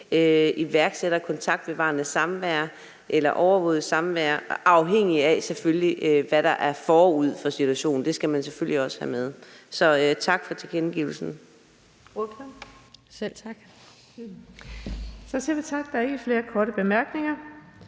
iværksætter kontaktbevarende samvær eller overvåget samvær, selvfølgelig afhængigt af hvad der er forud for situationen. Det skal man selvfølgelig også have med. Så tak for tilkendegivelsen.